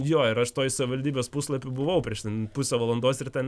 jo ir aš toj savivaldybės puslapy buvau prieš ten pusę valandos ir ten